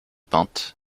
peinte